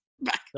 back